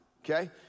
okay